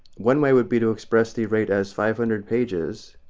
one way would be to express the rate as five hundred pages